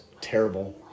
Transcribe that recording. Terrible